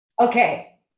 Okay